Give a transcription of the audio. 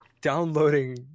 downloading